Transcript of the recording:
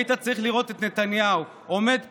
היית צריך לראות את נתניהו עומד פה,